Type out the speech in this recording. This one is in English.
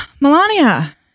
Melania